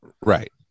right